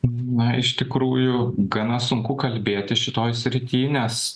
na iš tikrųjų gana sunku kalbėti šitoj srityj nes